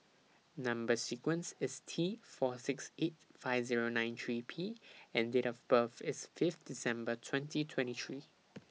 Number sequence IS T four six eight five Zero nine three P and Date of birth IS Fifth December twenty twenty three